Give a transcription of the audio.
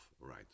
right